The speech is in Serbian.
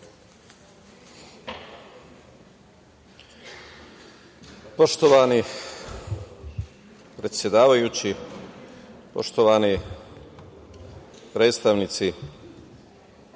Poštovani predsedavajući, poštovani predstavnici